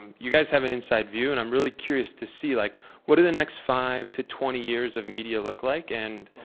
um you guys have an inside view. and i'm really curious to see like what do the next five to twenty years of media look like? and